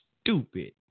stupid